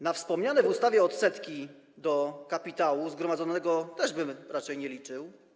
Na wspomniane w ustawie odsetki od kapitału zgromadzonego też bym raczej nie liczył.